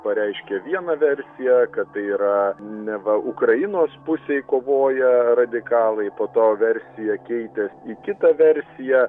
pareiškė vieną versiją kad tai yra ne va ukrainos pusėj kovoja radikalai po to versija keitės į kitą versiją